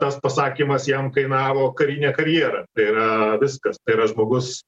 tas pasakymas jam kainavo karinę karjerą tai yra viskas tai yra žmogus